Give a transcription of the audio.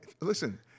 Listen